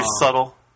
subtle